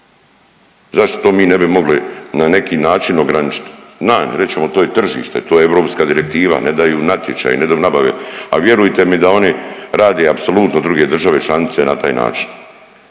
Zašto to mi ne bi mogli na neki način ograničiti? Znam, reći ćemo, to je tržište, to je europska direktiva, ne daju natječaju, ne daju nabave, ali vjerujte mi da oni rade apsolutno druge države članice na taj način.